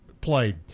played